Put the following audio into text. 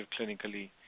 clinically